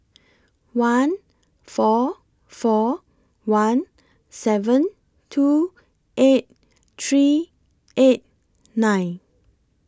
one four four one seven two eight three eight nine